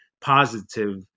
positive